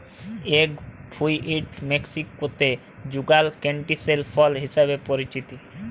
egg fruit মেক্সিকোতে যুগাল ক্যান্টিসেল ফল হিসেবে পরিচিত